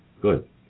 Good